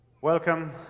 Welcome